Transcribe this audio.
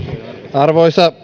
arvoisa